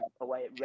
away